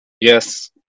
Yes